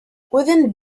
within